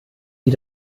die